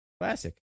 Classic